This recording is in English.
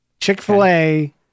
Chick-fil-A